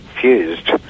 fused